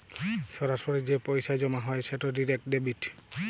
সরাসরি যে পইসা জমা হ্যয় সেট ডিরেক্ট ডেবিট